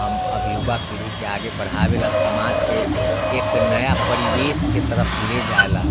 अब युवा पीढ़ीके आगे बढ़ाबै लए समाजके एक नया परिवेशके तरफ ले जाइ ला